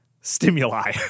stimuli